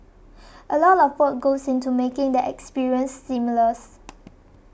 a lot of work goes into making the experience seamless